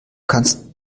kannst